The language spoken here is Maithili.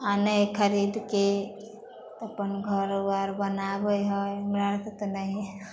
आनै हइ खरिदके तऽ अपन घर बार बनाबै हइ हमरा आरके तऽ नहिए